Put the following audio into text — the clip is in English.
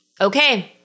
Okay